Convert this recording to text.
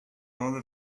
all